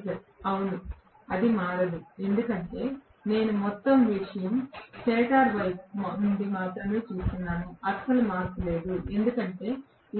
6846 professor అవును అది మారదు ఎందుకంటే నేను మొత్తం విషయం స్టేటర్ వైపు నుండి మాత్రమే చూస్తున్నాను అస్సలు మార్పు లేదు ఎందుకంటే